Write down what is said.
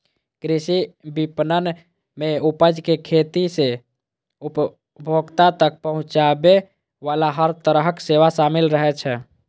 कृषि विपणन मे उपज कें खेत सं उपभोक्ता तक पहुंचाबे बला हर तरहक सेवा शामिल रहै छै